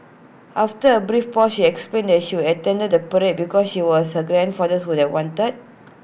after A brief pause she explained that she attended the parade because she was her grandfather would have wanted